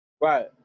Right